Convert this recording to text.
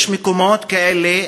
יש מקומות כאלה.